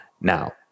Now